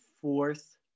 fourth